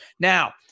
Now